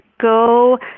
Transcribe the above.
Go